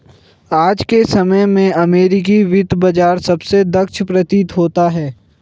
आज के समय में अमेरिकी वित्त बाजार सबसे दक्ष प्रतीत होता है